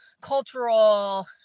cultural